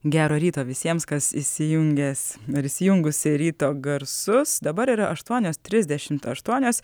gero ryto visiems kas įsijungęs ar įsijungusi ryto garsus dabar yra aštuonios trisdešimt aštuonios